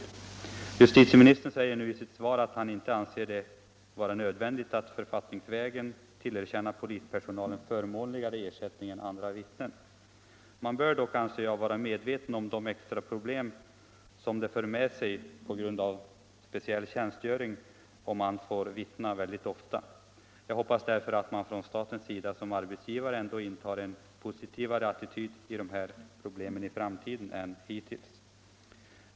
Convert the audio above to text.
Fredagen den Justitieministern säger nu i sitt svar att han inte anser det vara nödvändigt 14 februari 1975 att författningsvägen tillerkänna polispersonalen förmånligare ersättning = än andra vittnen. Man bör dock, anser jag, vara medveten om att det Om ADB-registreför polismän med deras speciella tjänstgöring för med sig extra problem = rade personuppgifom de får vittna ofta. Jag hoppas därför att man från statens sida som = ter arbetsgivare intar en positivare attityd till de här problemen i framtiden än man gjort hittills.